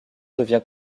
devient